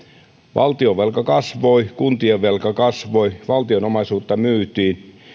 valtionvelka kasvoi kuntien velka kasvoi valtion omaisuutta myytiin